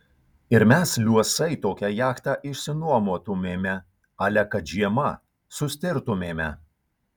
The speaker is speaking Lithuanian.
ir mes liuosai tokią jachtą išsinuomotumėme ale kad žiema sustirtumėme